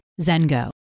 Zengo